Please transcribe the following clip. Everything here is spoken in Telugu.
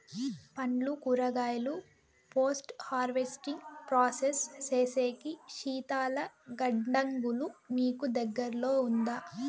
పండ్లు కూరగాయలు పోస్ట్ హార్వెస్టింగ్ ప్రాసెస్ సేసేకి శీతల గిడ్డంగులు మీకు దగ్గర్లో ఉందా?